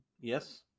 Yes